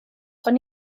ond